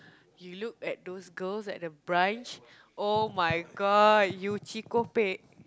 you look at those girls at the branch oh-my-god you cheekopek